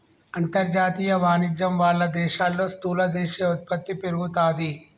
అంతర్జాతీయ వాణిజ్యం వాళ్ళ దేశాల్లో స్థూల దేశీయ ఉత్పత్తి పెరుగుతాది